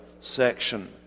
section